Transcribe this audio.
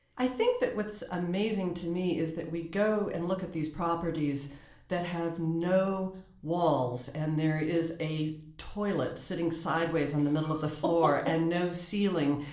i think that what's amazing to me is that we go and look at these properties that have no walls and there is a toilet sitting sideways in um the middle of the floor and no ceiling.